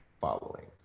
following